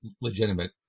legitimate